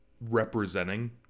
representing